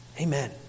Amen